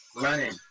Running